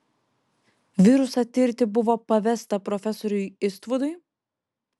virusą tirti buvo pavesta profesoriui istvudui